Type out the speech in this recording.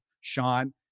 Sean